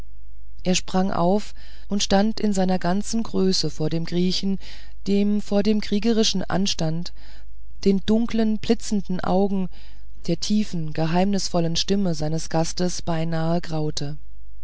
er sprang auf und stand in seiner ganzen größe vor dem griechen dem vor dem kriegerischen anstand den dunkel blitzenden augen der tiefen geheimnisvollen stimme seines gastes beinahe graute